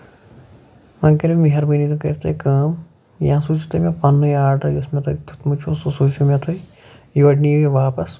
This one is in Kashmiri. وۄنۍ کٔریو مہربٲنی کٔرتو یہِ کٲم یا سوٗزیو تُہۍ مےٚ پَنٕنُے آرڈر یُس مےٚ تۄہہِ دیُمُت چھُو سُہ سوٗزیو مےٚ تُہۍ یورٕ نِیو واپَس